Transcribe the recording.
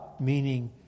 meaning